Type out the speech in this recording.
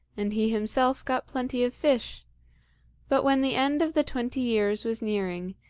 and he himself got plenty of fish but when the end of the twenty years was nearing,